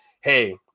hey